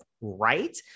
right